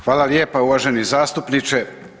Hvala lijepa uvaženi zastupniče.